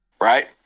right